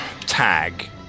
tag